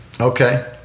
Okay